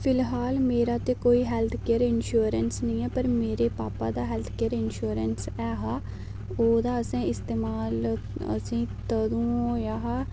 फिलहाल मेरा ते कोई हैल्थ केयर इंश्योरेंस नेईं ऐ पर मेरे पापा दा हैल्थ केयर इंश्योरेंस ऐ हा ओहदा असें इस्तेमाल असें गी तंदू होआ हा